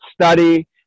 study